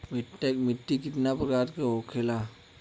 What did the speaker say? मिट्टी कितना प्रकार के होखेला?